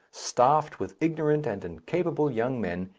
staffed with ignorant and incapable young men,